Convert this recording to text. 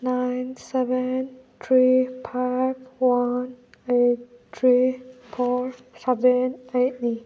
nine seven three five one eight three four seven ꯑꯩꯠꯅꯤ